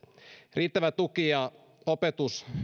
riittävä tuki ja opetus